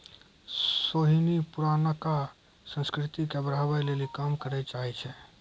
सोहिनी पुरानका संस्कृति के बढ़ाबै लेली काम करै चाहै छै